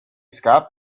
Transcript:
scott